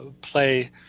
play